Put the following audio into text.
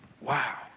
Wow